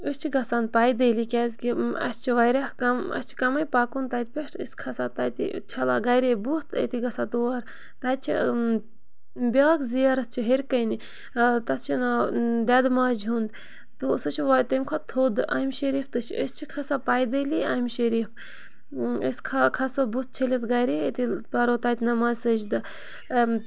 أسۍ چھِ گژھان پیدٲلی کیٛازِکہِ اَسہِ چھِ واریاہ کَم اَسہِ چھِ کَمٕے پَکُن تَتہِ پٮ۪ٹھ أسۍ کھَسان تَتہِ چھَلان گَرے بُتھ أتی گژھان تور تَتہِ چھِ بیٛاکھ زِیارت چھِ ہیٚرِکَنہِ تَتھ چھِ ناو دٮ۪دٕ ماجہِ ہُنٛد تہٕ سُہ چھُ تمہِ کھۄتہٕ تھوٚد اَمہِ شریٖف تہِ چھِ أسۍ چھِ کھَسان پیدٲلی اَمہِ شریٖف أسۍ کھا کھَسو بُتھ چھٔلِتھ گَرے أتی پَرو تَتہِ نمازِ سٔجدٕ